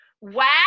Wow